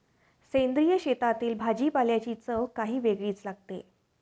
सेंद्रिय शेतातील भाजीपाल्याची चव काही वेगळीच लागते